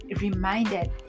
reminded